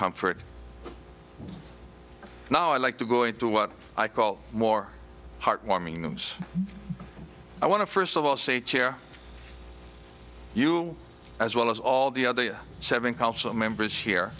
comfort now i'd like to go into what i call more heart warming news i want to first of all say chair you as well as all the other seven council members here